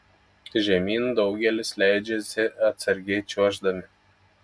žemyn daugelis leidžiasi atsargiai čiuoždami